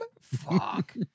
Fuck